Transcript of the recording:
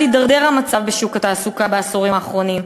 הידרדר המצב בשוק התעסוקה בעשורים האחרונים,